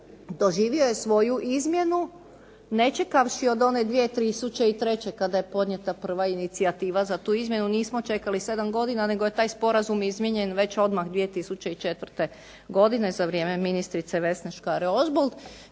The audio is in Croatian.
doživo je svoju izmjenu ne čekavši od one 2003. kada je podnijeta prva inicijativa za tu izmjenu, nismo čekali 7 godina nego je taj sporazum izmijenjen već 2004. godine za vrijeme ministrice Vesne Škare Ožbolt,